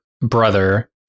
brother